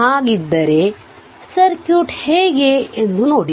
ಹಾಗಿದ್ದರೆ ಸರ್ಕ್ಯೂಟ್ ಹೇಗೆ ಎಂದು ನೋಡಿ